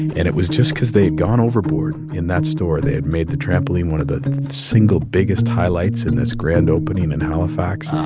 and it was just cause they had gone overboard in that store. they had made the trampoline one of the single biggest highlights in this grand opening in halifax, um